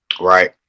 Right